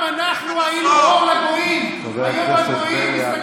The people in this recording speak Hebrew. לך עד הסוף.